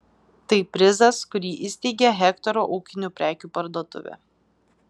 tai prizas kurį įsteigė hektoro ūkinių prekių parduotuvė